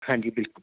ਹਾਂਜੀ ਬਿਲਕੁਲ